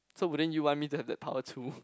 so wouldn't you want me to have that power too